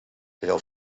però